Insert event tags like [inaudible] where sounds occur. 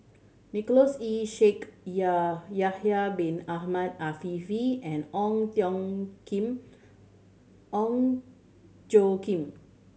Nicholas Ee Shaikh Ya Yahya Bin Ahmed Afifi and Ong [unintelligible] Kim Ong Tjoe Kim